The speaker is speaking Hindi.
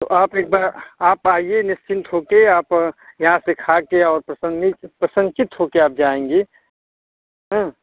तो आप एक बार आप आइए निश्चिंत हो कर आप यहाँ से खा कर और प्रसन्नित प्रसन्नचित हो कर आप जाएँगी हँ